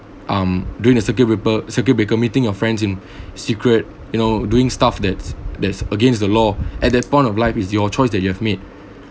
um during a circuit breaker circuit breaker meeting your friends in secret you know doing stuff that that's against the law at that point of life is your choice that you have made